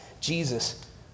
Jesus